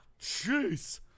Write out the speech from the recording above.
Jeez